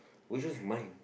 which one is mine